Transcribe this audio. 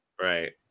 Right